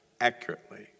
accurately